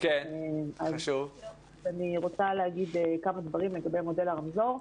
אז כמו שאמרנו,